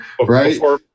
right